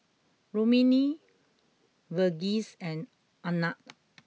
Rukmini Verghese and Anand